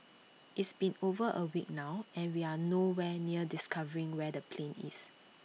it's been over A week now and we are no where near discovering where the plane is